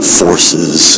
forces